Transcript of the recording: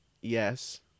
yes